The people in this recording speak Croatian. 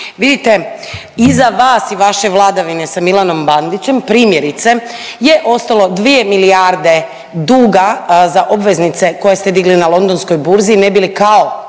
Vidite, iza vas i vaše vladavine sa Milanom Bandićem, primjerice, je ostalo 2 milijarde duga za obveznice koje ste digli na londonskoj burzi, ne bi li kao,